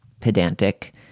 pedantic